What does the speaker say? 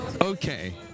Okay